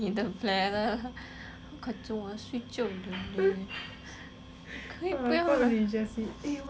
快做我要睡觉了